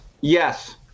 Yes